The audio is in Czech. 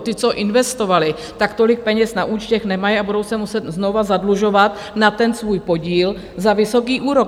Ti, co investovali, tolik peněz na účtech nemají a budou se muset znovu zadlužovat na ten svůj podíl za vysoký úrok.